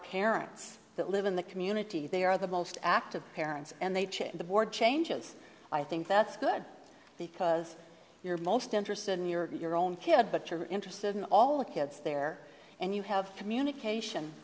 parents that live in the community they are the most active parents and they check the board changes i think that's good because you're most interested in your your own kid but you're interested in all the kids there and you have communic